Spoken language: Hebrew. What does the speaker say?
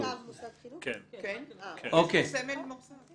סמל מוסד.